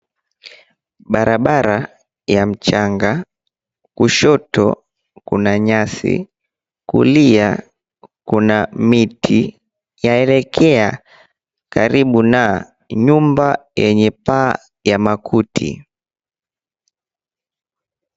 Barabara ya mchanga, kushoto kuna nyasi, kulia kuna miti yaelekea karibu na nyumba yenye paa ya makuti.